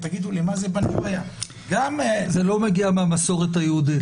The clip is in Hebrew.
תגידו לי מה זה פאנג'ויה --- זה לא מגיע מהמסורת היהודית,